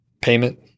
payment